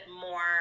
more